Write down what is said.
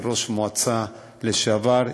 כראש מועצה לשעבר,